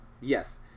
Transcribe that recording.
Yes